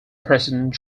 president